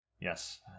Yes